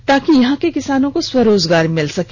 ताकि यहां के किसानों को स्वरोजगार मिले